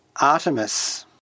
Artemis